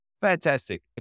fantastic